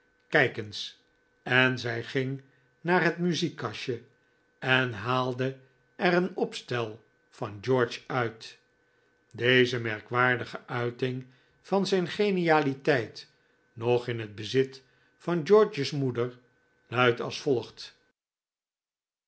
kijk eens en zij ging naar het muziekkastje en haalde er een opstel van george uit deze merkwaardige uiting van zijn genialiteit nog in het bezit van george's moeder luidt als volgt